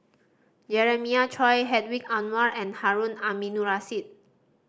Jeremiah Choy Hedwig Anuar and Harun Aminurrashid